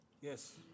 Yes